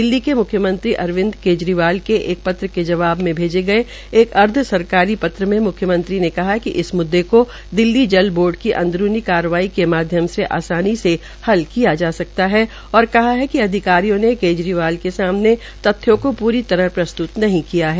दिल्ली के म्ख्यमंत्री अरविंद केजरीवाल के एक पत्र के जवाब में भेजे गये एक अर्धसरकारी पत्र में मुख्यमंत्री ने कहा कि इस मुद्दे को दिल्ली जल बोर्ड की अंदरूणी कार्रवाई के माध्यम से आसानी से हल किया जा सकता है और कहा है कि अधिकारियों ने केजरीवाल के सामने तथ्यों को पूरी तरह प्रस्त्त नहीं किया है